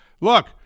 look –